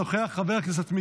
חבר הכנסת אלעזר שטרן,